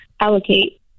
allocate